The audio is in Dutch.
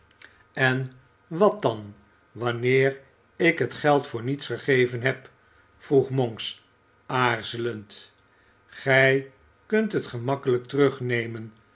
en wat dan wanneer ik het geld voor niets gegeven heb vroeg monks aarzelend gij kunt het gemakkelijk terugnemen